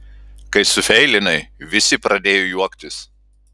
kai sufeilinai visi pradėjo juoktis